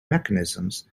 mechanisms